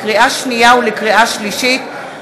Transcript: לקריאה שנייה ולקריאה שלישית,